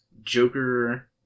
Joker